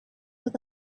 with